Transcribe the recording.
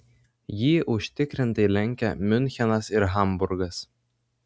jį užtikrintai lenkia miunchenas ir hamburgas